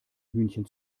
hühnchen